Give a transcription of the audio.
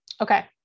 Okay